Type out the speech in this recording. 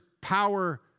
power